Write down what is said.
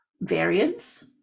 variance